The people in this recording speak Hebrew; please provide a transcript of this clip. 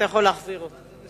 אתה יכול להחזיר אותו.